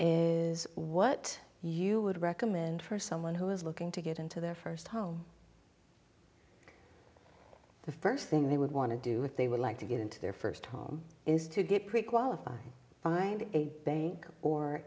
is what you would recommend for someone who is looking to get into their first home the first thing they would want to do what they would like to get into their first home is to get pre qualified find a bank or